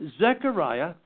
Zechariah